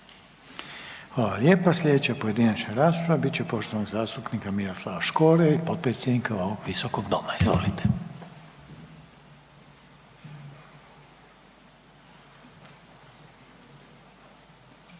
Hvala lijepa. I sljedeća pojedinačna rasprava bit će poštovanog zastupnika Ante Sanadera i potpredsjednika ovog Visokog doma. Izvolite.